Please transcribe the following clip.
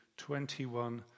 21